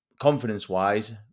confidence-wise